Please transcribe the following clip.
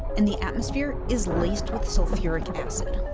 and the atmosphere is laced with sulfuric acid.